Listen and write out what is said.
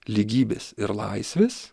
lygybės ir laisvės